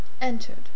entered